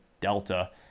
delta